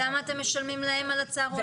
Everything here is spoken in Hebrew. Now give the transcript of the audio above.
אז למה אתם משלמים להם על הצהרון?